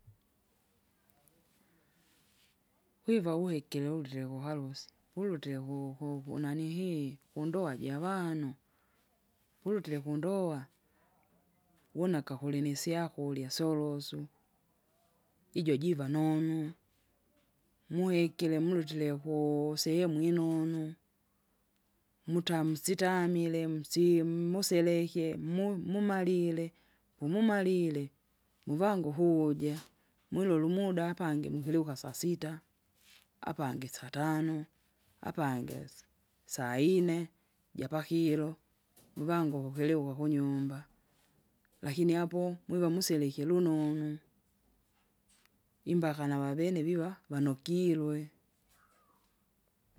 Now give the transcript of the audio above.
Wiva wikire ulile kuharusi, purute ku- ku- kunanihii kundoa javanu, purutire kundoa, wuna akakulimi isyakurya syorosu, ijo jiva nonu. Mwekire mulutire kuu- sehemu inunu, muta msitamile msimu musileke mumumalile, pumumalile, muvangu uhuuja, mwilule umuda apangi mkiliuka sasita, apangi satano, apangi sa- sainne japakilo muvangi ukiliuka kunyumba. Lakini apo mwiva musikile ulunonu, imbaka navavene viva vanokirwe.